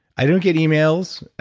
i don't get emails.